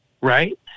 Right